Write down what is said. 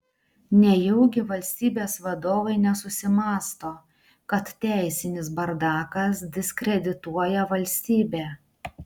nejaugi valstybės vadovai nesusimąsto kad teisinis bardakas diskredituoja valstybę